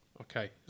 Okay